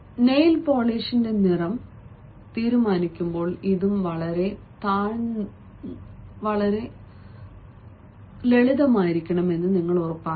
nail പോളിഷിന്റെ നിറം തീരുമാനിക്കുമ്പോൾ ഇതും വളരെ താഴ്ന്ന നിലയിലാണെന്ന് നിങ്ങൾ ഉറപ്പാക്കണം